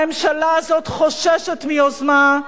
הממשלה הזאת חוששת מיוזמה,